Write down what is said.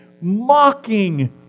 mocking